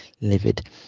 livid